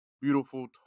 beautiful